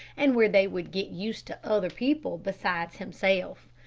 and where they would get used to other people besides himself.